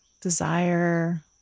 desire